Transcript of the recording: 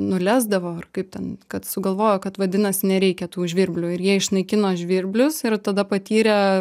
nulesdavo ar kaip ten kad sugalvojo kad vadinasi nereikia tų žvirblių ir jie išnaikino žvirblius ir tada patyrė